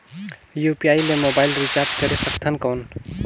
UPI ले mobile recharge करे सकथन कौन?